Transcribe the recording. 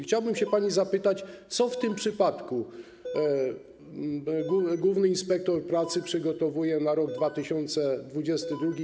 Chciałbym panią zapytać, co w tym przypadku główny inspektor pracy przygotowuje na rok 2022.